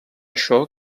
això